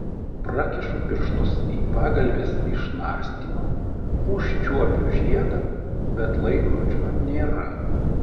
prakišu pirštus į pagalvės išnarstymą užčiuopiu žiedą bet laikrodžio nėra